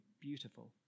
beautiful